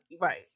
Right